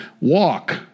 Walk